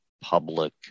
public